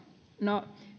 no